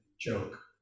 joke